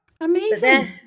Amazing